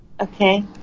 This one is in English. Okay